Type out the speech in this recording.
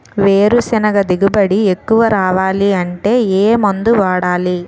వేరుసెనగ దిగుబడి ఎక్కువ రావాలి అంటే ఏ మందు వాడాలి?